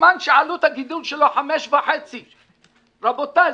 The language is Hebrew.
בזמן שעלות הגידול שלו 5.5. רבותיי,